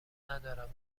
ندارم